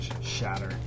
shatter